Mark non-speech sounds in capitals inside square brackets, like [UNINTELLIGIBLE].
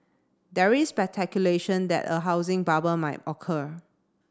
there is [UNINTELLIGIBLE] that a housing bubble might occur